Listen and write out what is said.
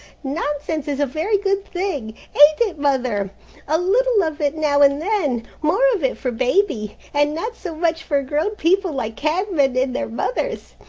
nonsense is a very good thing, ain't it, mother a little of it now and then more of it for baby, and not so much for grown people like cabmen and their mothers?